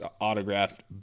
autographed